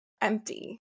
empty